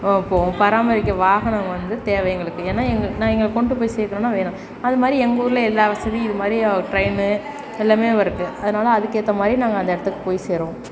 போவோம் பராமரிக்க வாகனம் வந்து தேவை எங்களுக்கு ஏன்னால் எங்கே நான் எங்களை கொண்டுட்டு போய் சேர்க்கணுன்னா வேணும் அது மாதிரி எங்கள் ஊரில் எல்லா வசதியும் இது மாதிரி ட்ரெயினு எல்லாமே இருக்குது அதனால் அதுக்கேற்ற மாதிரி நாங்கள் அந்த இடத்துக்கு போய் சேருவோம்